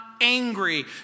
angry